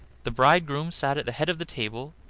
the bridegroom sat at the head of the table,